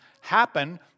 happen